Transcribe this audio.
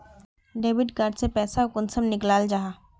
Debit card से पैसा कुंसम निकलाल जाहा?